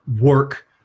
work